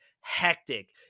hectic